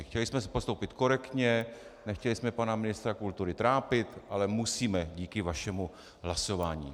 Chtěli jsme postupovat korektně, nechtěli jsme pana ministra kultury trápit, ale musíme díky vašemu hlasování.